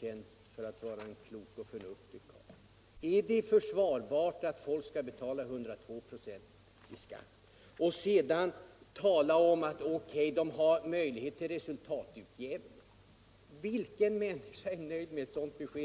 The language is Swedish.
känd för att vara en klok och förnuftig karl: Är det försvarbart att folk skall betala 102 96 i skatt? Sedan säger herr Wärnberg att de har möjlighet till resultatutjämning, men vilken människa är nöjd med ett sådant besked?